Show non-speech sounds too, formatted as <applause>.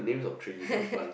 <laughs>